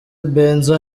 benzo